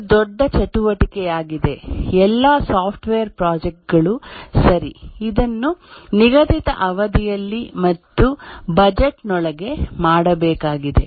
ಇದು ದೊಡ್ಡ ಚಟುವಟಿಕೆಯಾಗಿದೆ ಎಲ್ಲಾ ಸಾಫ್ಟ್ವೇರ್ ಪ್ರಾಜೆಕ್ಟ್ ಗಳು ಸರಿ ಇದನ್ನು ನಿಗದಿತ ಅವಧಿಯಲ್ಲಿ ಮತ್ತು ಬಜೆಟ್ ನೊಳಗೆ ಮಾಡಬೇಕಾಗಿದೆ